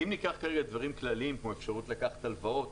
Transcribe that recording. אם ניקח כרגע דברים כללים כמו אפשרות לקחת הלוואות,